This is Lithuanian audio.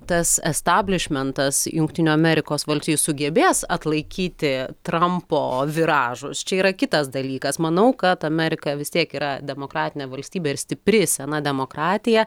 tas establišmentas jungtinių amerikos valstijų sugebės atlaikyti trampo viražus čia yra kitas dalykas manau kad amerika vis tiek yra demokratinė valstybė ir stipri sena demokratija